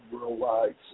worldwide